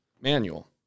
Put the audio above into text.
manual